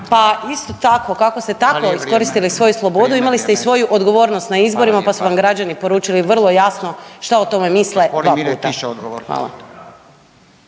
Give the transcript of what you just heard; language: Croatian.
pa isto tako kako ste tako iskoristili …/Upadica Radin: Vrijeme./… imali ste i svoju odgovornost na izborima pa su vam građani poručili vrlo jasno šta o tome misle